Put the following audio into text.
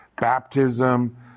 baptism